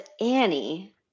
Annie